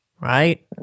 right